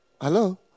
Hello